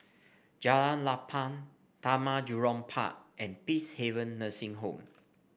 Jalan Lapang Taman Jurong Park and Peacehaven Nursing Home